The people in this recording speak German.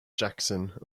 jackson